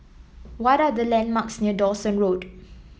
what are the landmarks near Dawson Road